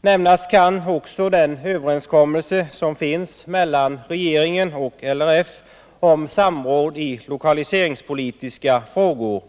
Nämnas kan också den överenskommelse som finns mellan regeringen och LRF om samråd i lokaliseringspolitiska frågor.